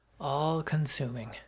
All-consuming